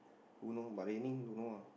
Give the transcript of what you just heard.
who know but raining don't know ah